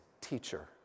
teacher